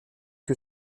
que